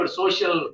social